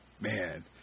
Man